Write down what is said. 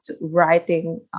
writing